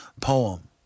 poem